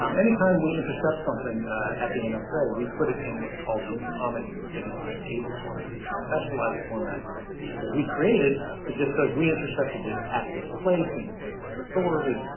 um anytime we intercept something at the and and nsa, we put it in what's called the atomic sigint data format. it's a specialized format and that we created that just says we intercepted it at this place, you know, using this authority,